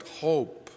hope